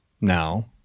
now